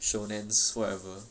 whatever